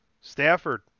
Stafford